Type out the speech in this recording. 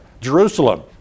Jerusalem